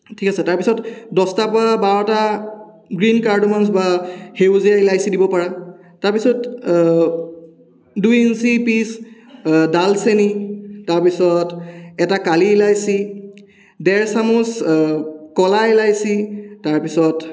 ঠিক আছে তাৰপিছত দহটা পৰা বাৰটা গ্ৰীণ কাৰ্ডমমছ বা সেইজীয়া ইলাচি দিব পাৰা তাৰপিছত দুই ইঞ্চি পিছ ডালচেনি তাৰপিছত এটা কালী ইলাচি দেৰ চামুচ ক'লা ইলাচি তাৰপিছত